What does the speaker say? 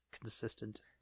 consistent